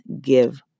give